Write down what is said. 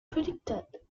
predicted